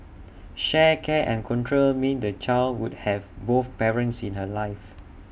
shared care and control meant the child would have both parents in her life